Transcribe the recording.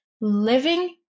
living